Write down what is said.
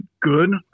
good